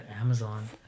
Amazon